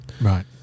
right